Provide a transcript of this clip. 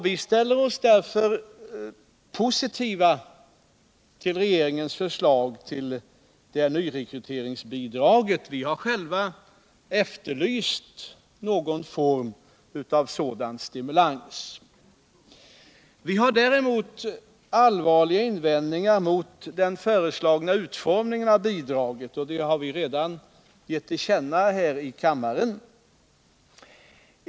Vi ställer oss därför positiva till regeringens förslag till nyrekryteringsbidraget. Vi har själva efterlyst någon form av sådan stimulans. Vi har däremot allvarliga invändningar att göra mot den föreslagna utformningen av bidraget, vilket vi redan gett till känna här i kammaren.